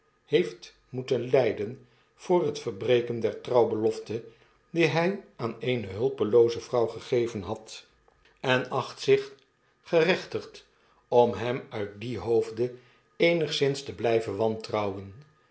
heeft moeten lyden voor het verbreken der trouwbelofte die hy aan eene hulpelooze vrouw gegeven had en acht zich ferechtigd om hem uit dien hoofde eenigszins te ly ven wantrouwen